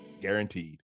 guaranteed